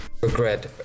regret